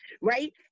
right